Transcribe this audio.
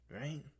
Right